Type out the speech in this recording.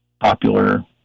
popular